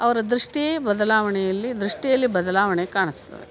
ಅವರ ದೃಷ್ಟಿ ಬದಲಾವಣೆಯಲ್ಲಿ ದೃಷ್ಟಿಯಲ್ಲಿ ಬದಲಾವಣೆ ಕಾಣಿಸ್ತದೆ